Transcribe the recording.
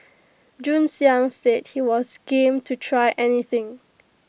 Jun Xiang said he was game to try anything